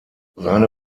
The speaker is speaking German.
seine